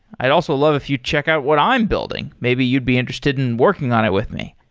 i'd also love if you check out what i'm building. maybe you'd be interested in working on it with me.